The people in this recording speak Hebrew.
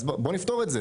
אז בואו נפתור את זה.